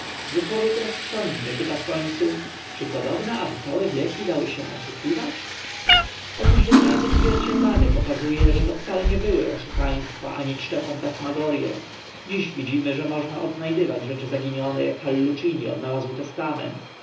że człowiek rozsądny pyta w końcu czy podobna aby całe wieki dały się oszukiwać otóż wynalazek zwierciadlany pokazu e że to wcale nie były oszukaństwa ani czcze fantasmagorie dziś widzimy że można odna dywać rzeczy zaginione ak hallucini odnalazł testament